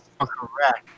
Correct